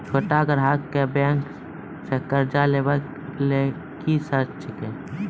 छोट ग्राहक कअ बैंक सऽ कर्ज लेवाक लेल की सर्त अछि?